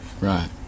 Right